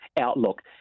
outlook